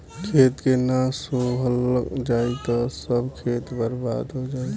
खेत के ना सोहल जाई त सब खेत बर्बादे हो जाई